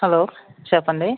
hello చెప్పండి